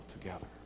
together